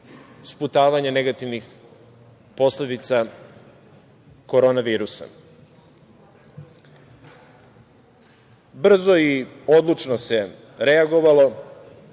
sputavanja negativnih posledica korona virusa. Brzo i odlučno se reagovalo